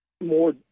more